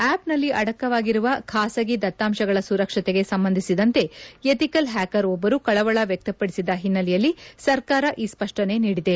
ಆಪ್ನಲ್ಲಿ ಅಡಕವಾಗಿರುವ ಖಾಸಗಿ ದತ್ತಾಂಶಗಳ ಸುರಕ್ಷತೆಗೆ ಸಂಬಂಧಿಸಿದಂತೆ ಎಥಿಕಲ್ ಹ್ಲಾಕರ್ ಒಬ್ಬರು ಕಳವಳ ವ್ಯಕ್ತಪಡಿಸಿದ ಹಿನ್ನೆಲೆಯಲ್ಲಿ ಸರ್ಕಾರ ಈ ಸ್ವಷ್ಷನೆ ನೀಡಿದೆ